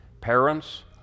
parents